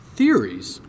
Theories